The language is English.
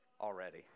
already